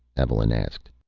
evelyn asked.